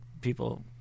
people